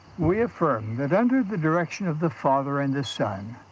we affirm that under the direction of the father and the son,